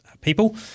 people